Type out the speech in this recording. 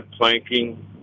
planking